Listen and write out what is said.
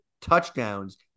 touchdowns